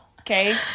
Okay